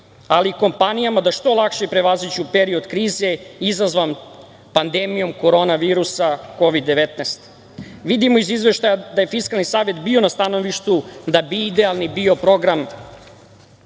ali i kompanijama, da što lakše prevaziđu period krize izazvan pandemijom korona virusa Kovid 19. Vidimo iz Izveštaja da je Fiskalni savet bio na stanovištu da bi idealni program